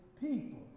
people